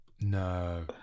No